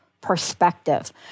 perspective